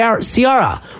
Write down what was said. Ciara